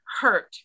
hurt